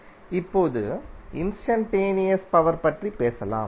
இப்போது instantaneous power பற்றி பேசலாம்